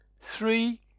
Three